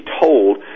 told